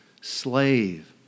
slave